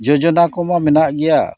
ᱡᱳᱡᱚᱱᱟ ᱠᱚᱢᱟ ᱢᱮᱱᱟᱜ ᱜᱮᱭᱟ